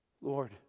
Lord